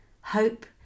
hope